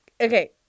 Okay